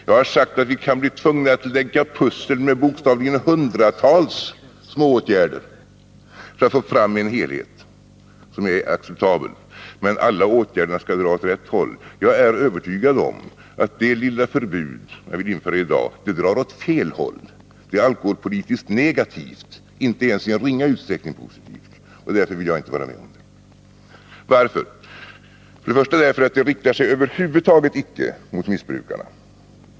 Jag har sagt att vi kan bli tvungna att lägga pussel med bokstavligen talat hundratals små åtgärder för att få fram en helhet som är acceptabel. Men alla åtgärderna skall dra åt rätt håll. Jag är övertygad om att det lilla förbud som man vill införa i dag drar åt fel håll. Det är alkoholpolitiskt negativt — inte ens i ringa utsträckning positivt. Därför vill jag inte vara med om det. Först och främst anser jag att det föreslagna förbudet över huvud taget inte riktar sig mot missbrukarna.